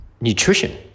nutrition